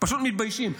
פשוט מתביישים.